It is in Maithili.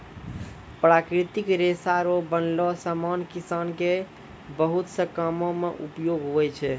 प्राकृतिक रेशा रो बनलो समान किसान के बहुत से कामो मे उपयोग हुवै छै